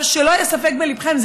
שלא יהיה ספק בליבכם,